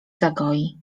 zagoi